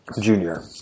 Junior